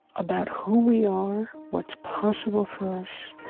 about who we are, what's possible for us,